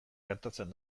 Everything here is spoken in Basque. gertatzen